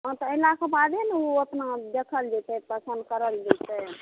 हँ तऽ ऐलाके बादे ने ओ अपना देखल जेतै पसंद करल जेतै